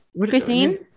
Christine